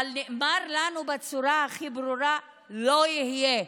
אבל נאמר לנו בצורה הכי ברורה: לא יהיה.